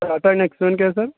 Tata Nexon کا ہے سر